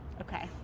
Okay